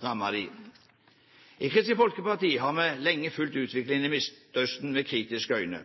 dem. I Kristelig Folkeparti har vi lenge fulgt utviklingen i Midtøsten med kritiske øyne.